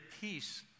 peace